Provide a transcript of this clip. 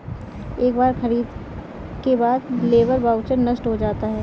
एक बार खरीद के बाद लेबर वाउचर नष्ट हो जाता है